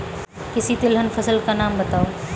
किसी तिलहन फसल का नाम बताओ